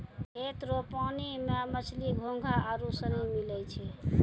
खेत रो पानी मे मछली, घोंघा आरु सनी मिलै छै